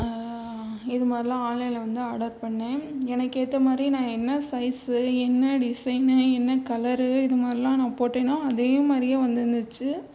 இது மாதிரிலாம் ஆன்லைனில் வந்து ஆர்டர் பண்ணிணேன் எனக்கு ஏற்ற மாதிரி நான் என்ன சைஸு என்ன டிசைன்னு என்ன கலரு இது மாதிரிலாம் நான் போட்டேனோ அதே மாதிரியே வந்திருந்துச்சு